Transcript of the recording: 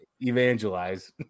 evangelize